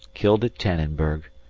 killed at tannenberg,